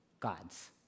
gods